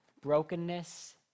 Brokenness